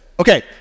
Okay